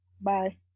Bye